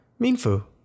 Minfu